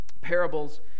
parables